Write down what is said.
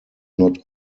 not